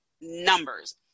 numbers